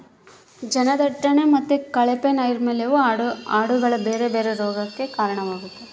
ಜನದಟ್ಟಣೆ ಮತ್ತೆ ಕಳಪೆ ನೈರ್ಮಲ್ಯವು ಆಡುಗಳ ಬೇರೆ ಬೇರೆ ರೋಗಗಕ್ಕ ಕಾರಣವಾಗ್ತತೆ